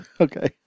Okay